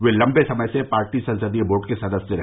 वे लंबे समय से पार्टी संसदीय बोर्ड के सदस्य रहे